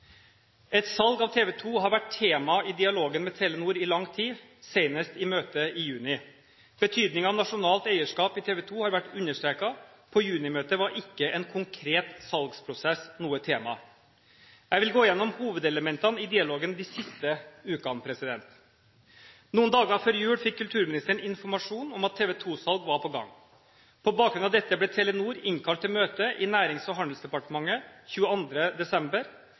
Et salg av TV 2 har vært tema i dialogen med Telenor i lang tid, senest i møtet i juni. Betydningen av nasjonalt eierskap i TV 2 har vært understreket. På juni-møtet var ikke en konkret salgsprosess noe tema. Jeg vil gå gjennom hovedelementene i dialogen de siste ukene. Noen dager før jul fikk kulturministeren informasjon om at et TV 2-salg var på gang. På bakgrunn av dette ble Telenor innkalt til møte i Nærings- og handelsdepartementet 22. desember.